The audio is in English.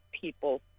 people